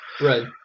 Right